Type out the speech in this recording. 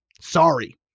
Sorry